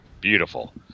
Beautiful